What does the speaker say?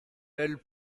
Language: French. elles